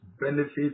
Benefits